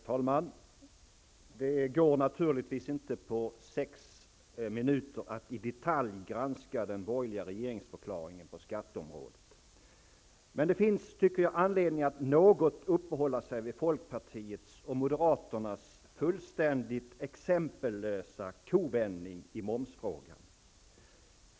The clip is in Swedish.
Herr talman! Det går naturligtvis inte att på sex minuter i detalj granska den borgerliga regeringsförklaringen på skatteområdet. Det finns emellertid anledning att något uppehålla sig vid folkpartiets och moderaternas fullständigt exempellösa kovändning i momsfrågan.